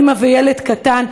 אימא וילד קטן,